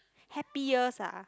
happiest ah